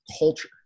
culture